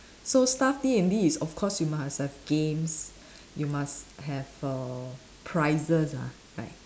so staff D&D is of course you must have games you must have err prizes lah right